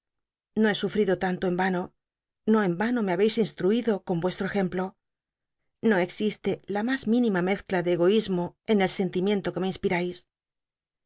no he sufrido tanto en m no no en ya no me ha beis instruido con ucstr o ejemplo no existe la mns mín ima mezcla de cgoismo en el sentimiento que me inspirais